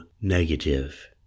negative